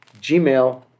Gmail